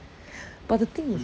but the thing is